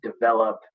develop